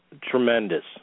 tremendous